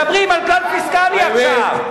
מדברים על כלל פיסקלי עכשיו,